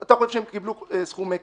אתה חושב שהם קיבלו סכומי כסף.